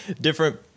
different